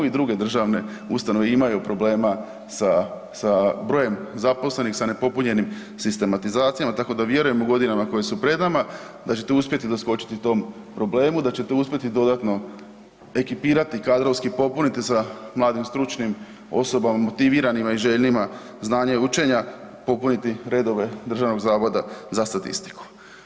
I druge državne ustanove imaju problema sa brojem zaposlenih, sa nepopunjenim sistematizacijama, tako da vjerujemo godinama koje su pred nama, da ćete uspjeti doskočiti tom problemu, da ćete uspjeti dodatno ekipirati, kadrovski popuniti sa mladim stručnim osobama, motiviranima i željnima znanja i učenja, popuniti redove DZS-a.